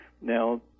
now